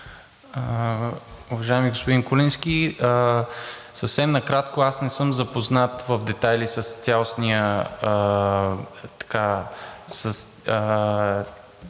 Уважаеми господин Куленски, съвсем накратко. Аз не съм запознат в детайли с цялостния